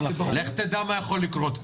לך תדע מה יכול לקרות פה.